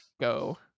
Go